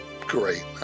great